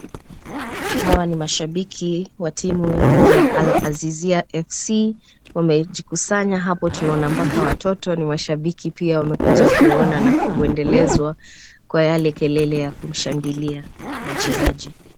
Hawa ni mashabiki wa timu ya Al-Azizia FC. Wamejikusanya hapo tunaona mpaka watoto ni mashabiki pia wamekuja kuona na kuendelezwa kwa yale kelele ya kushangilia wachezaji.